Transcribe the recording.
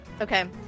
Okay